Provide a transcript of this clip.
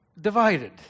divided